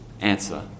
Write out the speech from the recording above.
answer